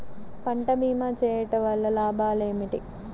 పంట భీమా చేయుటవల్ల లాభాలు ఏమిటి?